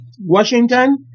washington